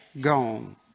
gone